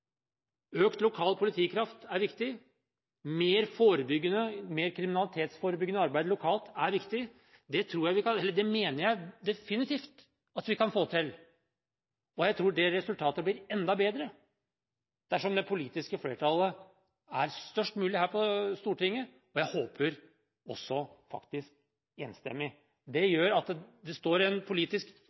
økt lokal politikraft er viktig, mer kriminalitetsforebyggende arbeid lokalt er viktig. Det mener jeg definitivt at vi kan få til, og jeg tror det resultatet blir enda bedre dersom det politiske flertallet er størst mulig her på Stortinget – jeg håper også faktisk enstemmig. Det gjør at det er en politisk